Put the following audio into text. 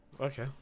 Okay